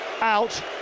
out